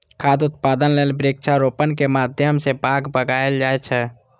खाद्य उत्पादन लेल वृक्षारोपणक माध्यम सं बाग लगाएल जाए छै